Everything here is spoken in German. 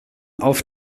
auf